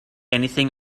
anything